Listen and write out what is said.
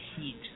heat